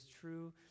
true